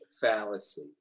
fallacy